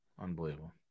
unbelievable